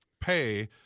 pay